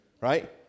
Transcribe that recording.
right